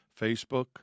Facebook